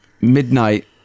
Midnight